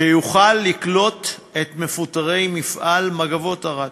שיוכל לקלוט את מפוטרי מפעל "מגבות ערד",